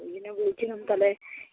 ওই জন্যে বলছিলাম তাহলে